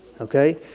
Okay